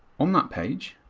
on that page,